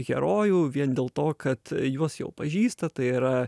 herojų vien dėl to kad juos jau pažįsta tai yra